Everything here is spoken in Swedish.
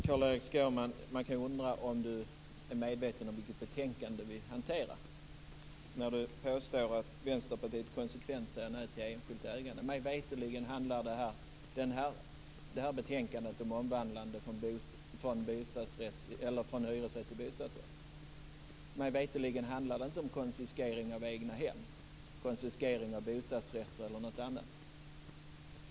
Fru talman! Man kan undra om Carl-Erik Skårman är medveten om vilket betänkande vi behandlar när han påstår att Vänsterpartiet konsekvent säger nej till enskilt ägande. Mig veterligen handlar betänkandet om omvandlande från hyresrätt till bostadsrätt. Mig veterligen handlar det inte om konfiskering av egnahem, bostadsrätter eller något annat.